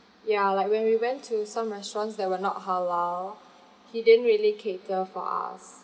ya like when we went to some restaurants that were not halal he didn't really cater for us